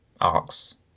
arcs